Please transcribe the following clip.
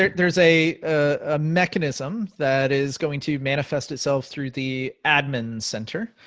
there's a ah mechanism that is going to manifest itself through the admin center,